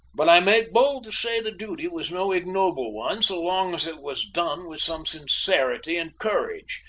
but i make bold to say the duty was no ignoble one so long as it was done with some sincerity and courage,